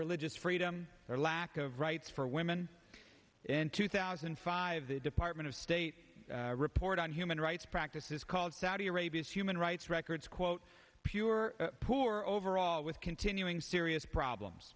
religious freedom or lack of rights for women in two thousand and five the department of state report on human rights practices called saudi arabia human rights records quote if you are poor overall with continuing serious problems